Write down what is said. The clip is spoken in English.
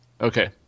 Okay